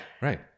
right